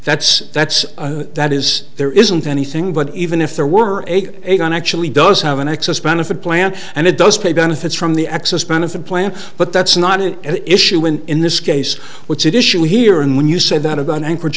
that's that's that is there isn't anything but even if there were eight eight on actually does have an excess benefit plan and it does pay benefits from the excess benefit plan but that's not an issue when in this case what's at issue here and when you say that of an anchorage